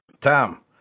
Tom